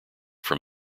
from